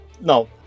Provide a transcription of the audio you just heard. no